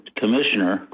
commissioner